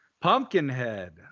Pumpkinhead